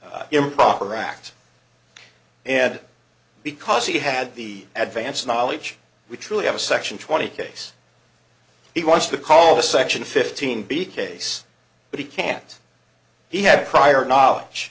wedge improper acts and because he had the advance knowledge we truly have a section twenty case he wants to call the section fifteen b case but he can't he had prior knowledge